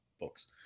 books